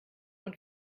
und